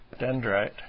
dendrite